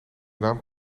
naam